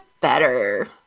better